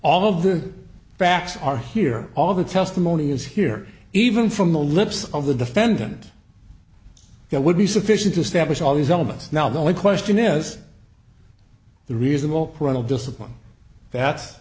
all of the facts are here all the testimony is here even from the lips of the defendant it would be sufficient to establish all these elements now the only question is the reasonable amount of discipline that's